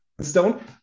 stone